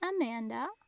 Amanda